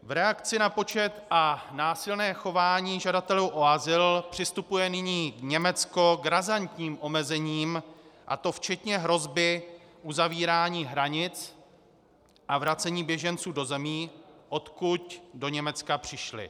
V reakci na počet a násilné chování žadatelů o azyl přistupuje nyní Německo k razantním omezením, a to včetně hrozby uzavírání hranic a vracení běženců do zemí, odkud do Německa přišli.